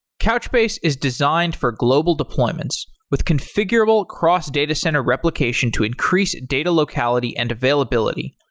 couchbase is designed for global deployments with configurable cross data center replication to increase data locality and availability.